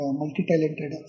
multi-talented